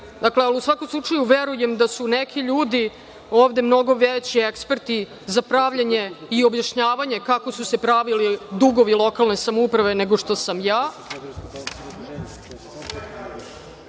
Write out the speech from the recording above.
Dakle, u svakom slučaju verujem da su neki ljudi ovde mnogo veći eksperti za pravljenje i objašnjavanje kako su se pravili dugovi lokalne samouprave, nego što sam ja. Što